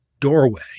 doorway